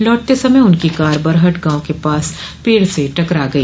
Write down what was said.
लौटते समय उनकी कार बरहट गांव के पास पेड़ से टकरा गई